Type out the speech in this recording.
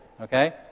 okay